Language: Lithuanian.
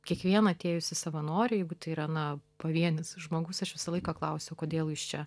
kiekvieną atėjusį savanorį jeigu tai yra na pavienis žmogus aš visą laiką klausiu kodėl jūs čia